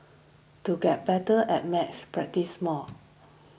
to get better at maths practise more